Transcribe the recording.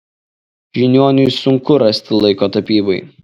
žiniuoniui sunku rasti laiko tapybai